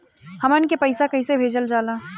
हमन के पईसा कइसे भेजल जाला?